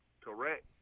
Correct